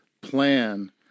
plan